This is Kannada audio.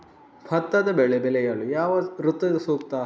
ಭತ್ತದ ಬೆಳೆ ಬೆಳೆಯಲು ಯಾವ ಋತು ಸೂಕ್ತ?